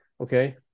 Okay